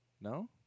No